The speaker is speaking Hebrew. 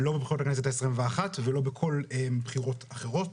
לא בכנסת ה-21 ולא בכל בחירות אחרות.